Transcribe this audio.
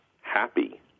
happy